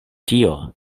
tio